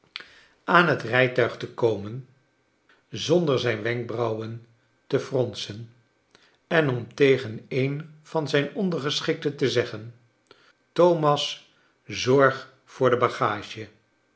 aan het rijtuig te komen zonder zijn wenkbrauwen te fr onsen en om tegen een van zijn ondergeschikten te zeggen thomas zorg voor de bagage